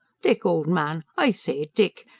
dick, old man. i say, dick!